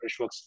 Freshworks